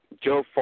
Joe